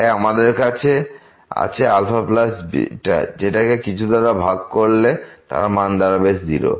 তাই আমাদের কাছে আছে αβ যেটাকে কিছু দ্বারা ভাগ করলে তার মান দাঁড়াবে 0